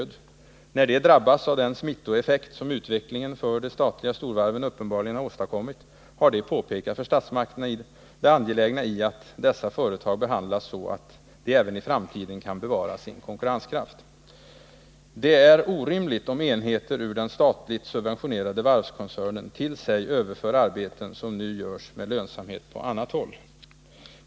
När de drabbats av Nr 164 den smittoeffekt som utvecklingen för de statliga storvarven uppenbarligen har åstadkommit, har de påpekat för statsmakterna det angelägna i att dessa företag behandlas så att de även i framtiden kan bevara sin konkurrenskraft. Det är orimligt om enheter ur den statligt subventionerade varvskoncernen till sig överför arbeten som nu görs med lönsamhet på annat håll.